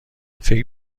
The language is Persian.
فکر